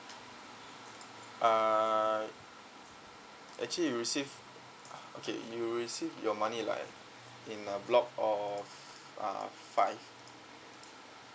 uh actually you receive okay you'll receive your money like in a block uh five